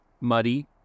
muddy